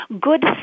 good